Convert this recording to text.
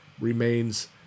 remains